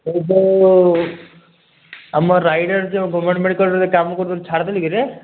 ସେଇ ଯଉ ଆମର ରାୟଗଡ଼ାର ଯେଉଁ ଗଭର୍ନମେଣ୍ଟ ମେଡ଼ିକାଲରେ କାମ କରୁଥିଲୁ ଛାଡ଼ିଦେଲୁ କିରେ